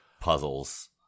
puzzles